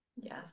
Yes